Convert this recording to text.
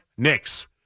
Knicks